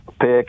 pick